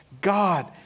God